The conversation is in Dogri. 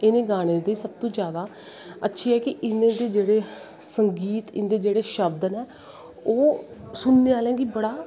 इनें गानें दी सब तो जादा अच्छी ऐ कि इनेंदी जेह्ड़ी संगीत इंदे जेह्ड़े शब्द नै ओह् सुननें आह्लें गी बड़ा